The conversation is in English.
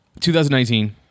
2019